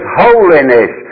holiness